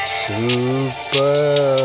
super